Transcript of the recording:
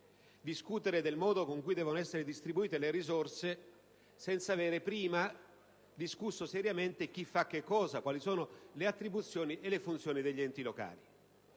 discutere del modo con cui devono essere distribuite le risorse senza avere prima discusso seriamente chi fa che cosa, cioè quali sono le attribuzioni e le funzioni degli enti locali?